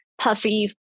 puffy